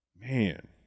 Man